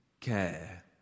care